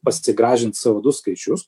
pasigražint c o du skaičius